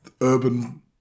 urban